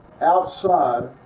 outside